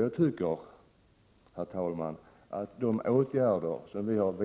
Jag tycker, herr talman, att de åtgärder som vi under årens